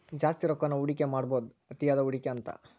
ಜಾಸ್ತಿ ರೊಕ್ಕಾನ ಹೂಡಿಕೆ ಮಾಡೋದ್ ಅತಿಯಾದ ಹೂಡಿಕೆ ಅಂತ